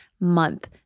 month